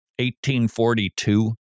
1842